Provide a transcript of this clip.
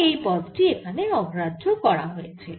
তাই এই পদ টি এখানে অগ্রাহ্য করা হয়েছে